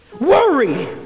worry